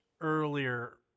earlier